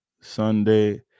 Sunday